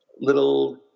little